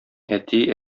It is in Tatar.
әти